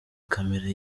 camera